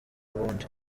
ubundi